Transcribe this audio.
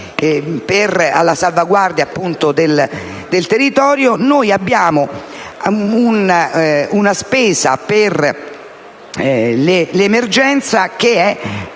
per la salvaguardia del territorio, abbiamo una spesa per l'emergenza che è